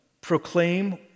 proclaim